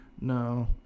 No